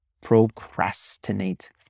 Procrastinate